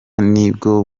nibwo